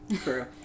True